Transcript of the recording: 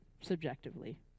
subjectively